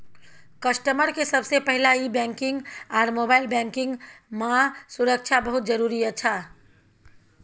customer के सबसे पहला ई बैंकिंग आर मोबाइल बैंकिंग मां सुरक्षा बहुत जरूरी अच्छा